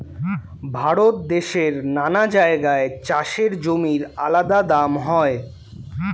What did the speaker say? ভারত দেশের নানা জায়গায় চাষের জমির আলাদা দাম হয়